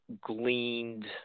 gleaned